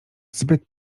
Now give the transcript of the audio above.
zbyt